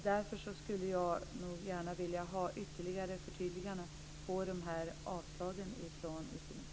Jag skulle gärna vilja ha ytterligare förtydliganden från utbildningsministern kring dessa skäl för hans avslag.